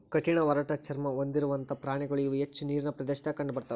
ಕಠಿಣ ಒರಟ ಚರ್ಮಾ ಹೊಂದಿರುವಂತಾ ಪ್ರಾಣಿಗಳು ಇವ ಹೆಚ್ಚ ನೇರಿನ ಪ್ರದೇಶದಾಗ ಕಂಡಬರತಾವ